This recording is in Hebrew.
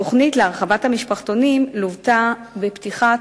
התוכנית להרחבת המשפחתונים לוותה בפתיחת